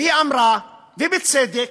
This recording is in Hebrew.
היא אמרה, ובצדק,